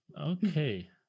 Okay